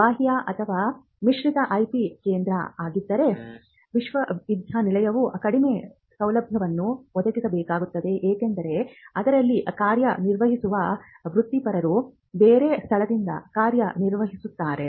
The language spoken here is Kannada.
ಬಾಹ್ಯ ಅಥವಾ ಮಿಶ್ರಿತ IP ಕೇಂದ್ರ ಆಗಿದ್ದರೆ ವಿಶ್ವವಿದ್ಯಾನಿಲಯವು ಕಡಿಮೆ ಸೌಲಭ್ಯವನ್ನು ಒದಗಿಸಬೇಕಾಗುತ್ತದೆ ಏಕೆಂದರೆ ಅದರಲ್ಲಿ ಕಾರ್ಯನಿರ್ವಹಿಸುವ ವೃತ್ತಿಪರರು ಬೇರೆ ಸ್ಥಳದಿಂದ ಕಾರ್ಯನಿರ್ವಹಿಸುತ್ತಾರೆ